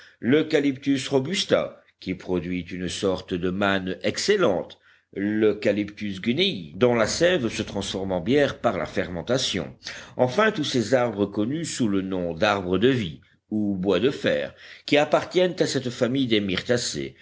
eucalyptus robusta qui produit une sorte de manne excellente l eucalyptus gunei dont la sève se transforme en bière par la fermentation enfin tous ces arbres connus sous le nom d'arbres de vie ou bois de fer qui appartiennent à cette famille des